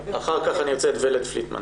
אחר כך אני ארצה את ורד פליטמן.